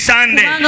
Sunday